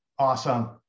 Awesome